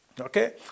Okay